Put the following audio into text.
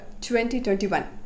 2021